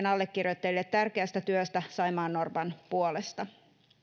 allekirjoittajille tärkeästä työstä saimaannorpan puolesta